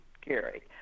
Gary